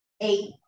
eight